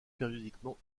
périodiquement